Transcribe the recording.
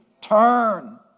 Turn